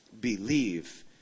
believe